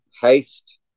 Haste